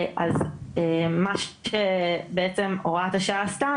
אז מה שבעצם הוראת השעה עשתה,